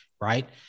right